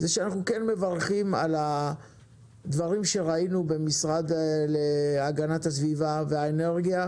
שאנחנו כן מברכים על הדברים שראינו במשרד להגנת הסביבה ובמשרד האנרגיה,